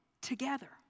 together